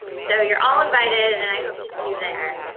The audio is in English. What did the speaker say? so you're all invited, and i hope to see you there.